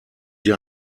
sie